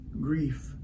Grief